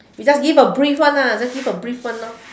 you just give a brief one ah you just give a brief one lor